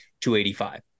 285